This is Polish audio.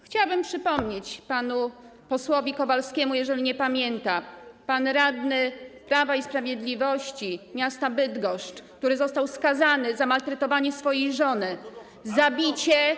Chciałabym przypomnieć panu posłowi Kowalskiemu, jeżeli nie pamięta, że pan radny Prawa i Sprawiedliwości miasta Bydgoszcz został skazany za maltretowanie swojej żony, za bicie.